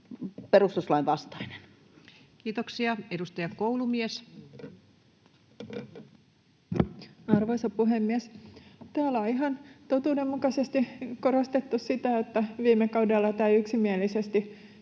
lainsäädännöksi Time: 16:46 Content: Arvoisa puhemies! Täällä on ihan totuudenmukaisesti korostettu sitä, että viime kaudella tämä yksimielisesti